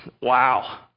wow